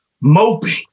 moping